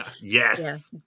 yes